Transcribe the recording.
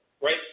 right